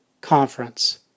conference